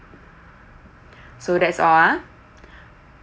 so that's all ha